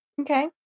Okay